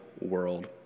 world